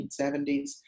1970s